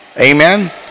Amen